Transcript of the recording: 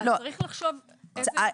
צריך לחשוב על איזה רכיבים.